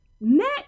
next